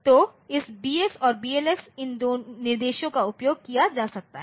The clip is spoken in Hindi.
तो इस BX और BLX इन निर्देशों का उपयोग किया जा सकता है